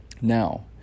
Now